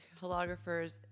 holographers